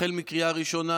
החל מהקריאה הראשונה.